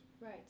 Right